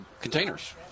containers